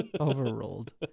Overruled